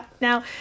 Now